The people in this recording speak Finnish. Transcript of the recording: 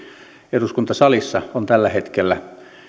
eduskuntasalissa on tällä hetkellä